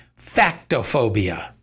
factophobia